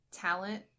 talent